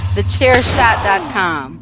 TheChairShot.com